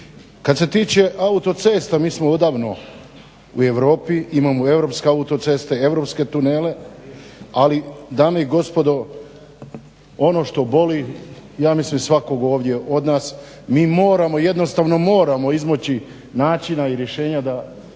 Kad se tiče autocesta. Mi smo odavno u Europi. Imamo europske autoceste, europske tunele, ali dame i gospodo ono što boli ja mislim svakog ovdje od nas. Mi moramo jednostavno moramo izmaći načina i rješenja da